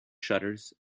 shutters